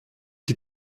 die